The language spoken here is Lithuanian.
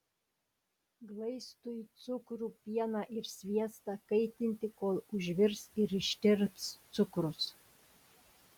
glaistui cukrų pieną ir sviestą kaitinti kol užvirs ir ištirps cukrus